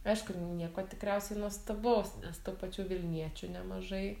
aišku nieko tikriausiai nuostabaus nes tų pačių vilniečių nemažai